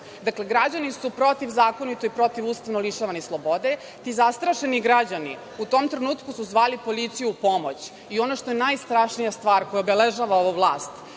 Dakle, građani su protivzakonito i protivustavno lišavani slobode. Ti zastrašeni građani u tom trenutku su zvali policiju u pomoć i ono što je najstrašnija stvar koja obeležava ovu vlast,